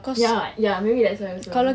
ya ya maybe that's why also